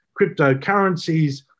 cryptocurrencies